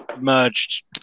merged